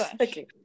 Okay